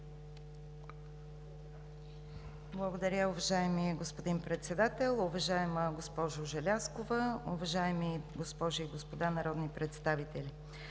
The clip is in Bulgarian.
Благодаря, уважаеми господин Председател. Уважаема госпожо Желязкова, уважаеми госпожи и господа народни представители!